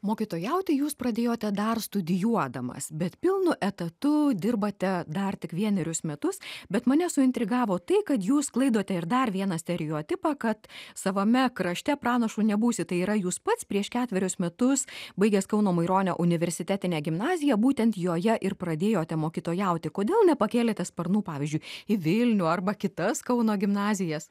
mokytuojauti jūs pradėjote dar studijuodamas bet pilnu etatu dirbate dar tik vienerius metus bet mane suintrigavo tai kad jūs sklaidote ir dar vieną stereotipą kad savame krašte pranašu nebūsi tai yra jūs pats prieš ketverius metus baigęs kauno maironio universitetinę gimnaziją būtent joje ir pradėjote mokytojauti kodėl nepakėlėte sparnų pavyzdžiui į vilnių arba kitas kauno gimnazijas